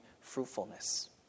fruitfulness